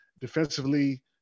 defensively